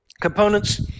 Components